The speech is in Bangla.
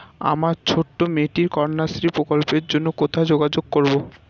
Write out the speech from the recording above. আমার ছোট্ট মেয়েটির কন্যাশ্রী প্রকল্পের জন্য কোথায় যোগাযোগ করব?